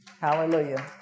Hallelujah